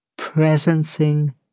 Presencing